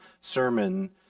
sermon